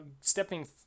stepping